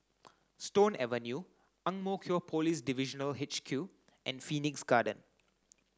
Stone Avenue Ang Mo Kio Police Divisional H Q and Phoenix Garden